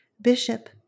Bishop